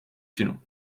činu